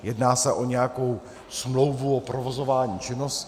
Jedná se o nějakou smlouvu o provozování činnosti?